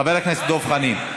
חבר הכנסת דב חנין.